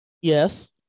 Yes